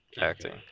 acting